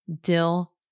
dill